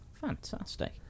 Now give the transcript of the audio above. fantastic